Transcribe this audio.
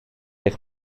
eich